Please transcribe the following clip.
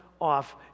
off